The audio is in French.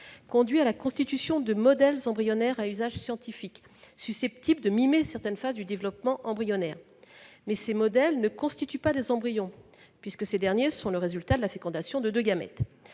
conduit à la constitution de modèles embryonnaires à usage scientifique susceptibles de mimer certaines phases du développement embryonnaire. Ces modèles ne constituent pas des embryons, puisque ces derniers sont le résultat de la fécondation de deux gamètes.